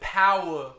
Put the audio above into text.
power